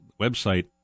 website